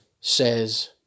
says